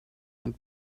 and